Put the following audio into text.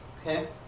Okay